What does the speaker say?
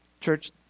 Church